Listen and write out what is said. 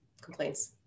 complaints